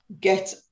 get